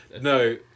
No